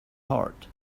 heart